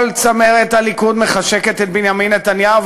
כל צמרת הליכוד מחשקת את בנימין נתניהו,